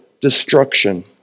destruction